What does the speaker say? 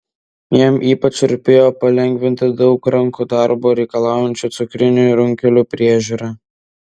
jam ypač rūpėjo palengvinti daug rankų darbo reikalaujančią cukrinių runkelių priežiūrą